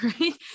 right